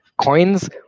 coins